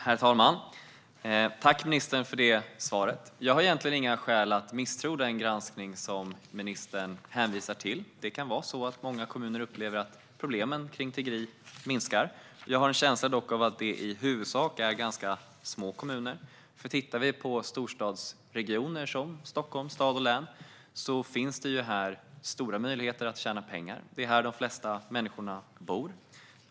Herr talman! Jag tackar ministern för svaret. Jag har inga skäl att misstro den granskning som ministern hänvisar till. Det kan vara så att många kommuner upplever att problemen kring tiggeri minskar. Jag har dock en känsla av att det i huvudsak gäller små kommuner. I storstadsregioner som Stockholms stad och län finns det stora möjligheter att tjäna pengar, och det är här de flesta människorna bor.